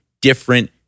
different